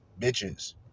bitches